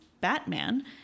Batman